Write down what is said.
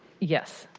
yes,